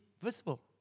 visible